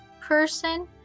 person